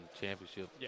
championship